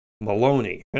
Maloney